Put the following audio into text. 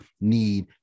need